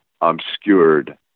obscured